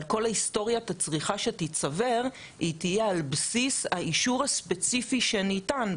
אבל כל היסטוריית הצריכה שתיצבר היא תהיה על בסיס האישור הספציפי שניתן,